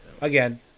again